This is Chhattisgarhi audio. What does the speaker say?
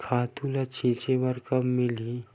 खातु ल छिंचे बर काबर मिलही?